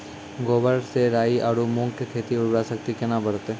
गोबर से राई आरु मूंग खेत के उर्वरा शक्ति केना बढते?